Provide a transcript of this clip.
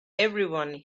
everyone